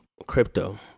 crypto